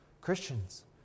Christians